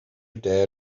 dare